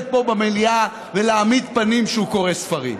פה במליאה ולהעמיד פנים שהוא קורא ספרים.